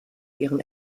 ihren